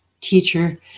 teacher